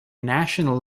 national